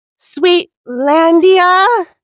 Sweetlandia